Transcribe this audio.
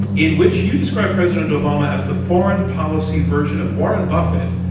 in which you describe president obama as the foreign policy version of warren buffett.